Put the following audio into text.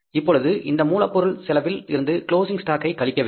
இப்பொழுது இந்த மூலப் பொருள் செலவில் இருந்து க்ளோஸிங் ஷ்டாக் ஐ கழிக்க வேண்டும்